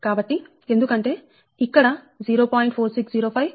కాబట్టి ఎందుకంటే ఇక్కడ 0